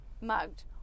mugged